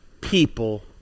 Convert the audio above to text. people